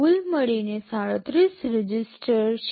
કુલ મળીને ૩૭ રજિસ્ટર છે